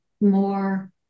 more